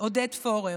עודד פורר.